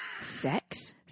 Sex